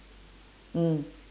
mm